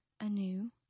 anew